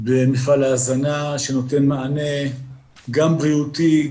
במפעל ההזנה שנותן מענה גם בריאותי,